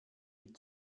die